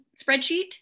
spreadsheet